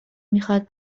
میخواد